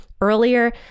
earlier